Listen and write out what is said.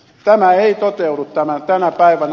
tämä ei toteudu tänä päivänä